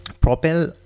propel